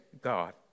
God